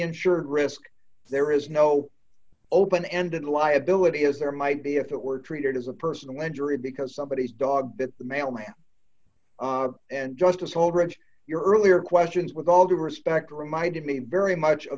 insured risk there is no open ended liability as there might be if it were treated as a personal injury because somebody is dog that the mailman and justice holdridge your earlier questions with all due respect reminded me very much